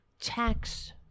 tax